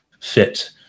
fit